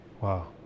wow